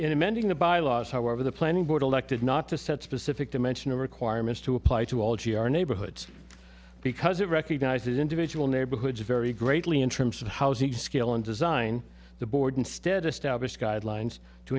in amending the bylaws however the planning board elected not to set specific dimension of requirements to apply to all g r neighborhoods because it recognizes individual neighborhoods vary greatly in terms of housing scale and design the board instead of stablish guidelines to